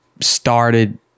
started